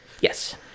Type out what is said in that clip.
yes